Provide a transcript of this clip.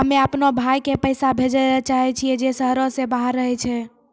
हम्मे अपनो भाय के पैसा भेजै ले चाहै छियै जे शहरो से बाहर रहै छै